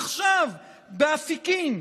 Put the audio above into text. עכשיו באפיקים,